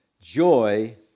joy